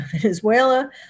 Venezuela